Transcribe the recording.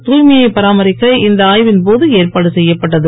தூய்மையை பராமரிக்க இந்த ஆய்வின் போது ஏற்பாடு செய்யப்பட்டது